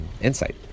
insight